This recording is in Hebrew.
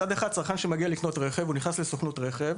מצד אחד, אם הצרכן נכנס לסוכנות הרכב